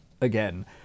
again